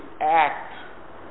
act